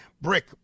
brick